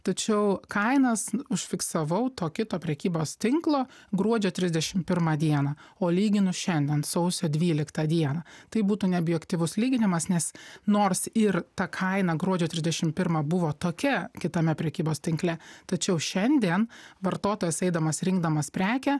tačiau kainas užfiksavau to kito prekybos tinklo gruodžio trisdešim pirmą dieną o lyginu šiandien sausio dvyliktą dieną tai būtų neobjektyvus lyginimas nes nors ir ta kaina gruodžio trisdešim pirmą buvo tokia kitame prekybos tinkle tačiau šiandien vartotojas eidamas rinkdamas prekę